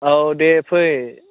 औ दे फै